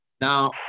Now